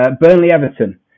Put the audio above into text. Burnley-Everton